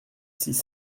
six